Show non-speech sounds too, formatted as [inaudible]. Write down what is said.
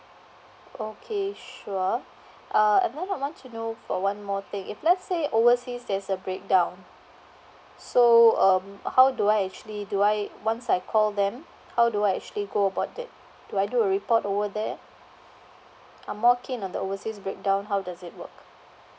okay sure [breath] uh and then I want to know for one more thing if let's say overseas there's a breakdown so um how do I actually do I once I call them how do I actually go about that do I do a report over there I'm more keen on the overseas breakdown how does it work